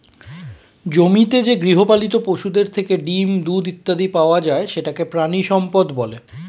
জমিতে যে গৃহপালিত পশুদের থেকে ডিম, দুধ ইত্যাদি পাওয়া যায় সেটাকে প্রাণিসম্পদ বলে